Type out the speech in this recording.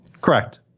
Correct